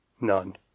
None